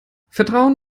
vertrauen